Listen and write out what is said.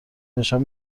نشان